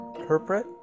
interpret